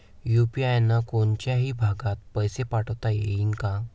UPI न कोनच्याही भागात पैसे पाठवता येईन का?